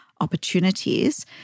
opportunities